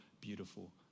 beautiful